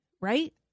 right